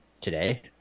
Today